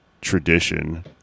tradition